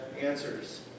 answers